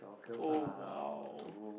oh !wow!